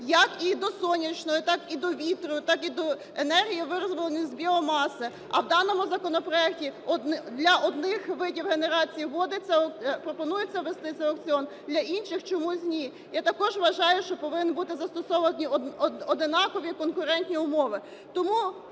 як і до сонячної, так і до вітру, так і до енергії, виробленої з біомаси. А в даному законопроекті для одних видів генерації вводиться, пропонується ввести цей аукціон, для інших - чомусь ні. Я також вважаю, що повинні бути застосовані однакові конкурентні умови.